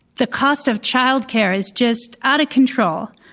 the cost of childcare is just out of control.